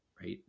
right